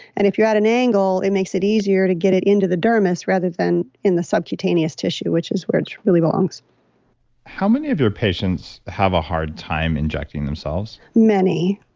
and if you're at an angle, it makes it easier to get it into the dermis rather than in the subcutaneous tissue, which is where it truly belongs how many of your patients have a hard time injecting themselves? many,